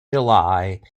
july